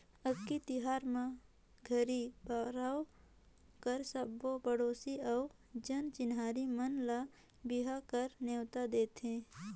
अक्ती तिहार म घरी परवार कर सबो पड़ोसी अउ जान चिन्हारी मन ल बिहा कर नेवता देथे